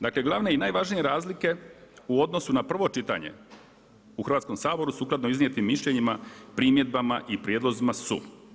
Dakle, glavne i najvažnije razlike u odnosu na prvo čitanje u Hrvatskom saboru sukladno iznijetim mišljenjima, primjedbama i prijedlozima su.